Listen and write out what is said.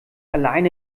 allein